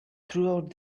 throughout